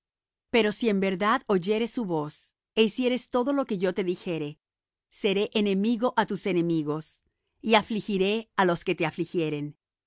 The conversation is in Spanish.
pero si en verdad oyeres su voz é hicieres todo lo que yo te dijere seré enemigo á tus enemigos y afligiré á los que te afligieren